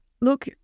Look